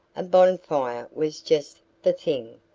a bonfire was just the thing,